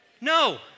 No